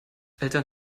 eltern